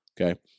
Okay